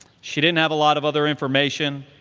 she didn't have a lot of other information.